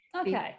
okay